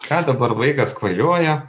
ką dabar vaikas kvailioja